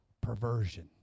perversion